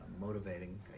motivating